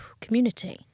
community